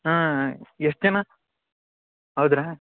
ಹಾಂ ಎಷ್ಟು ಜನ ಹೌದ್ರ